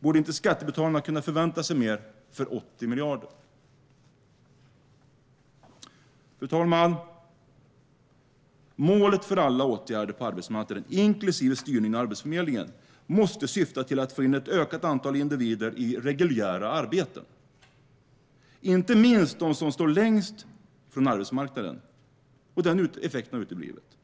Borde inte skattebetalarna kunna förvänta sig mer för 80 miljarder? Fru talman! Målet för alla åtgärder på arbetsmarknaden, inklusive styrningen av Arbetsförmedlingen, måste vara att få in ett ökat antal individer i reguljära arbeten, inte minst de som står längst ifrån arbetsmarknaden, och den effekten har uteblivit.